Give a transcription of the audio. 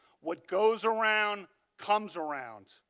what goes around comes around.